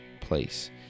place